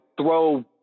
throw